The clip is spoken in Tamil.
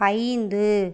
ஐந்து